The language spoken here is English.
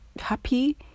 happy